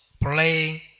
playing